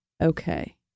Okay